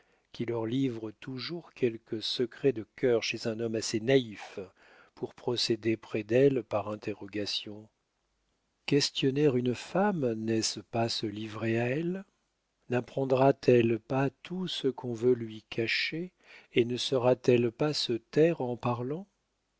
qui leur livre toujours quelque secret de cœur chez un homme assez naïf pour procéder près d'elles par interrogation questionner une femme n'est-ce pas se livrer à elle napprendra t elle pas tout ce qu'on veut lui cacher et ne saura t elle pas se taire en parlant